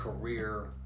career